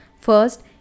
First